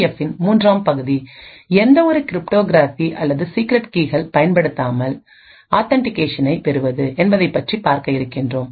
எஃப்பின் மூன்றாம் பகுதி எந்தவொரு கிரிப்டோகிரபி அல்லது சீக்ரெட் கீகள் பயன்படுத்தாமல் ஆதென்டிகேஷனை பெறுவது என்பதைப்பற்றி பார்க்க இருக்கின்றோம்